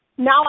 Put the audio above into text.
Now